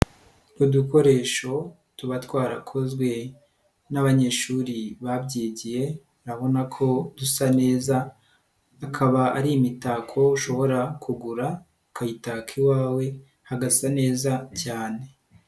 Udukoresho tuba twarakozwe n'abanyeshuri babyigiye, urabona ko dusa neza, akaba ari imitako ushobora kugura, ukayitaka iwawe hagasa neza cyane.